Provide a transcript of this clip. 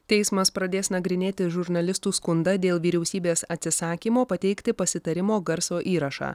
teismas pradės nagrinėti žurnalistų skundą dėl vyriausybės atsisakymo pateikti pasitarimo garso įrašą